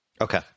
Okay